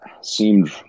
seemed